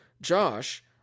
Josh